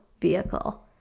vehicle